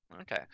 Okay